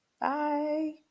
Bye